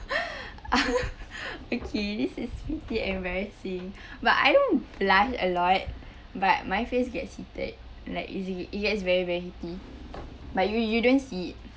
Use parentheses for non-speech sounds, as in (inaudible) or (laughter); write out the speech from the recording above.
(laughs) okay this is pretty embarrassing but I don't blush a lot but my face gets heated like easily it gets very very heaty but you you don't see it